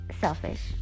selfish